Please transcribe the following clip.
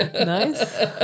nice